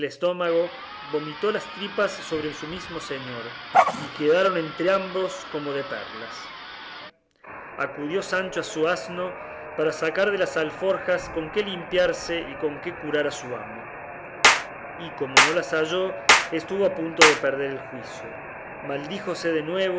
estómago vomitó las tripas sobre su mismo señor y quedaron entrambos como de perlas acudió sancho a su asno para sacar de las alforjas con qué limpiarse y con qué curar a su amo y como no las halló estuvo a punto de perder el juicio maldíjose de